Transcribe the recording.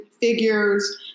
figures